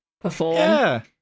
perform